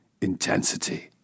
intensity